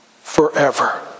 forever